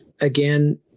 again